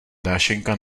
dášeňka